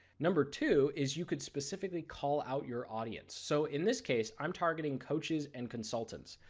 number two is you can specifically call out your audience. so in this case i'm targeting coaches and consultants,